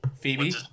Phoebe